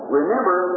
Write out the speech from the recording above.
remember